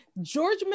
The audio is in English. George